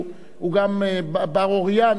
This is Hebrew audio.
הוא גם בר-אוריין,